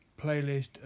playlist